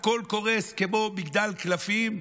הכול קורס כמו מגדל קלפים,